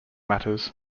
matters